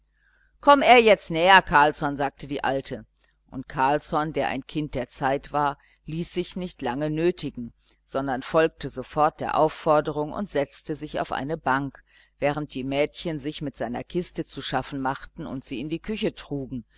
komm er jetzt näher carlsson sagte die alte und carlsson der ein kind der zeit war ließ sich nicht lange nötigen sondern folgte sofort der aufforderung und setzte sich auf eine bank während die mädchen sich mit seiner kiste zu schaffen machten und sie in die küche trugen